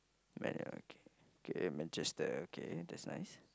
Man-U okay okay Manchester okay that's nice